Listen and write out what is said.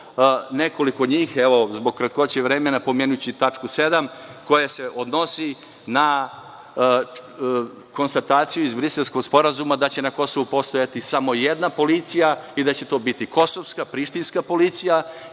nekoliko njih. Zbog kratkoće vremena, pomenuću i tačku 7. koja se odnosi na konstataciju iz Briselskog sporazuma da će na Kosovu postojati samo jedna policija i da će to biti kosovska, prištinska policija